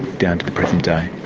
down to the present day.